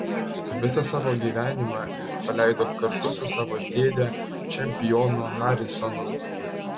visą savo gyvenimą jis praleido kartu su savo dėde čempionu harisonu